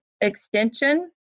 extension